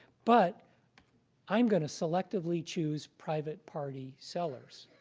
but i'm going to selectively choose private party sellers,